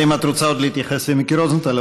אלא אם את רוצה עוד להתייחס למיקי רוזנטל,